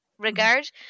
regard